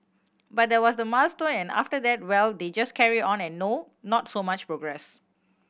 but that was the milestone and after that well they just carry on and no not so much progress